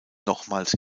nochmals